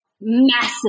massive